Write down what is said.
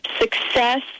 success